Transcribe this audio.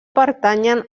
pertanyen